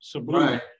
right